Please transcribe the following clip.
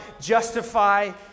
justify